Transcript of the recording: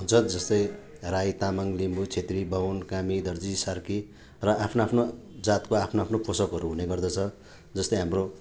हुन्छ जस्तै राई तामाङ लिम्बू छेत्री बाहुन कामी दर्जी सार्की र आफ्नो आफ्नो जातको आफ्नो आफ्नो पोसाकहरू हुने गर्दछ जस्तै हाम्रो